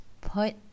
put